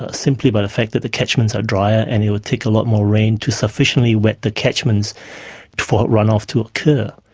ah simply by the fact that the catchments are drier and it will take a lot more rain to sufficiently wet the catchments for runoff to occur.